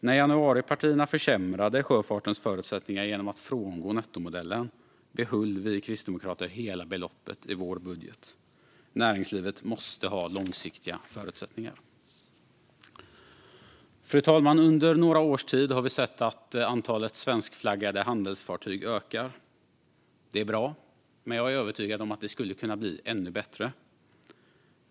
När januaripartierna försämrade sjöfartens förutsättningar genom att frångå nettomodellen behöll vi kristdemokrater hela beloppet i vår budget. Näringslivet måste ha långsiktiga förutsättningar. Fru talman! Under några års tid har vi sett att antalet svenskflaggade handelsfartyg har ökat. Det är bra, men jag är övertygad om att det skulle kunna bli ännu bättre.